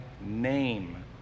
name